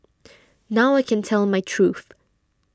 now I can tell my truth